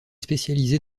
spécialisée